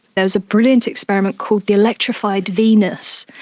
there was a brilliant experiment called the electrified venus,